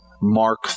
Mark